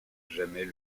jamais